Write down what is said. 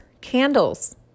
candles